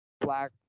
Black